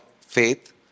faith